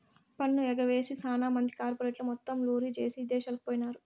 పన్ను ఎగవేసి సాన మంది కార్పెరేట్లు మొత్తం లూరీ జేసీ ఇదేశాలకు పోయినారు